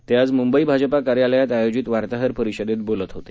ते आज मुंबई भाजपा कार्यालयात आयोजित वार्ताहर परिषदेत बोलत होते